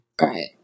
right